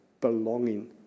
belonging